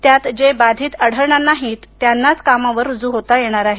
त्यात जे बाधित आढळणार नाहीत त्यांनाच कामावर रुजू होता येणार आहे